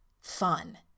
fun